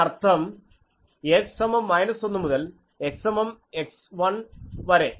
അതിനർത്ഥം x സമം 1 മുതൽ x സമം x1 വരെ